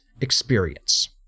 experience